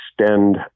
extend